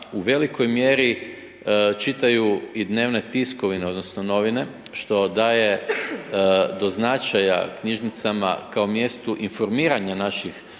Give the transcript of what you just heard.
u velikoj mjeri čitaju i dnevne tiskovine, odnosno novine, što daje do značaja knjižnicama kao mjestu informiranja naših